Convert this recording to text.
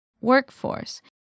Workforce